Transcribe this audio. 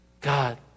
God